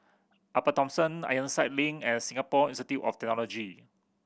Upper Thomson Ironside Link and Singapore Institute of Technology